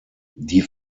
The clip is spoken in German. die